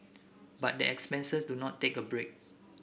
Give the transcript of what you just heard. but the expenses do not take a break